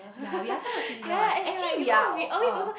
ya we are somewhat similar what actually we are orh orh